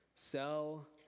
Sell